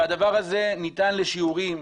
הדבר הזה ניתן לשיעורין.